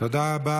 תודה רבה.